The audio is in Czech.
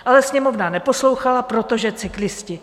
Ale Sněmovna neposlouchala, protože cyklisté.